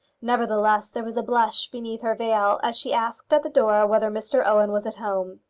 nevertheless, there was a blush beneath her veil as she asked at the door whether mr owen was at home.